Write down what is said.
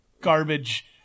garbage